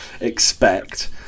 expect